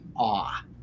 awe